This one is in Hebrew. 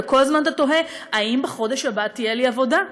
וכל הזמן אתה תוהה: האם בחודש הבא תהיה לי עבודה?